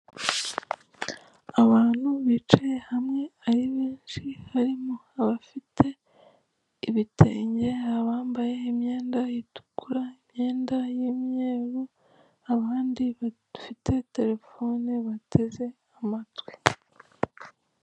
Abantu bicaye hamwe ari benshi harimo abafite ibitenge, abambaye imyenda itukura imyenda y'imyeru, abandi bafite telephone bateze amatwi.